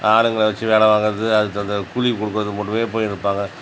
ஆளுங்கள வச்சு வேலை வாங்குகிறது அதுக்கு தகுந்த கூலி கொடுக்குறதுக்கு மட்டுமே போய் இருப்பாங்க